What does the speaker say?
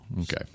okay